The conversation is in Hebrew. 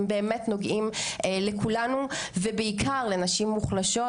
הם באמת נוגעים לכולנו ובעיקר לנשים מוחלשות,